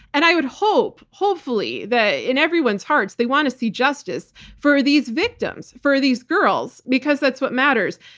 and i would hope, hopefully, that in everyone's hearts, they want to see justice for these victims, for these girls, because that's what matters.